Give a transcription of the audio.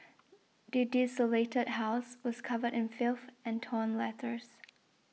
the desolated house was covered in filth and torn letters